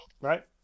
Right